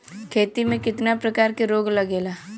खेती में कितना प्रकार के रोग लगेला?